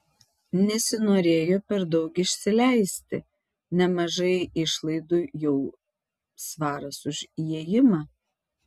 nesinorėjo per daug išsileisti nemažai išlaidų jau svaras už įėjimą